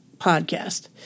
podcast